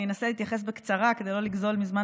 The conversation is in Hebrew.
אנסה להתייחס בקצרה כדי לא לגזול מזמן